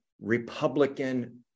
republican